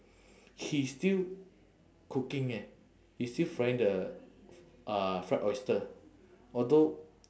he's still cooking eh he's still frying the uh fried oyster although